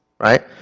right